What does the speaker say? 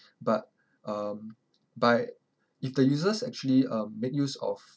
but um by if the users actually um make use of